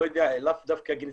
לאו דווקא גנטיקאים,